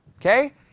Okay